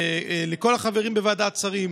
ולכל החברים בוועדת השרים,